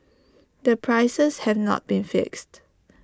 the prices had not been fixed